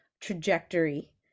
trajectory